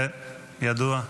כן, ידוע.